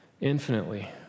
infinitely